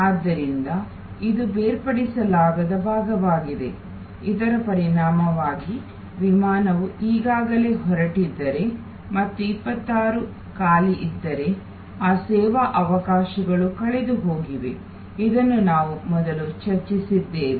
ಆದ್ದರಿಂದ ಇದು ಬೇರ್ಪಡಿಸಲಾಗದ ಭಾಗವಾಗಿದೆಇದರ ಪರಿಣಾಮವಾಗಿ ವಿಮಾನವು ಈಗಾಗಲೇ ಹೊರಟಿದ್ದರೆ ಮತ್ತು 26 ಖಾಲಿ ಇದ್ದರೆ ಆ ಸೇವಾ ಅವಕಾಶಗಳು ಕಳೆದುಹೋಗಿವೆ ಇದನ್ನು ನಾವು ಮೊದಲು ಚರ್ಚಿಸಿದ್ದೇವೆ